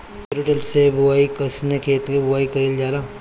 Zero till से बुआई कयिसन खेते मै बुआई कयिल जाला?